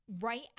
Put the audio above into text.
right